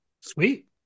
Sweet